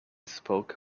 spoke